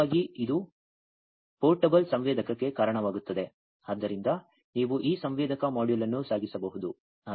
ವಾಸ್ತವವಾಗಿ ಇದು ಪೋರ್ಟಬಲ್ ಸಂವೇದಕಕ್ಕೆ ಕಾರಣವಾಗುತ್ತದೆ ಆದ್ದರಿಂದ ನೀವು ಈ ಸಂವೇದಕ ಮಾಡ್ಯೂಲ್ ಅನ್ನು ಸಾಗಿಸಬಹುದು